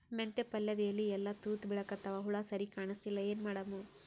ಮೆಂತೆ ಪಲ್ಯಾದ ಎಲಿ ಎಲ್ಲಾ ತೂತ ಬಿಳಿಕತ್ತಾವ, ಹುಳ ಸರಿಗ ಕಾಣಸ್ತಿಲ್ಲ, ಏನ ಮಾಡಮು?